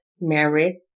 married